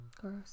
Gross